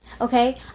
okay